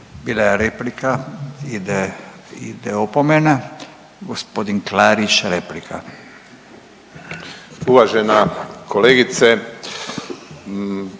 Bila je replika, ide opomena. Gospodin Klarić replika. **Klarić,